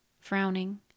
frowning